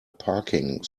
parking